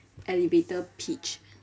elevator pitch